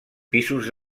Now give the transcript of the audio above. pisos